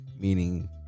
Meaning